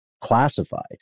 classified